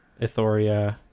Ithoria